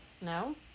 no